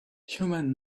human